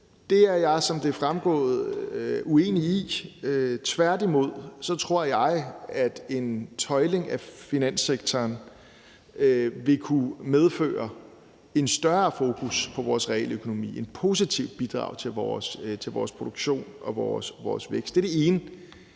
Det er jeg, som det er fremgået, uenig i. Tværtimod tror jeg, at det at tøjle finanssektoren vil kunne medføre et større fokus på vores realøkonomi, være et positivt bidrag til vores produktion og vores vækst. Det er det ene.